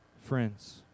friends